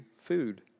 food